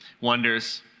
wonders